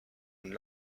une